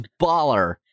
baller